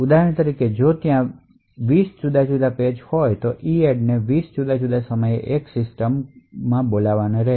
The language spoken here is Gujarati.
ઉદાહરણ તરીકે જો ત્યાં 20 જુદા જુદા પેજ હોય તો EADD ને 20 જુદા જુદા સમયે બોલાવવાની જરૂર રહેશે